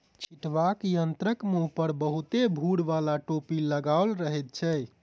छिटबाक यंत्रक मुँह पर बहुते भूर बाला टोपी लगाओल रहैत छै